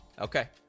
Okay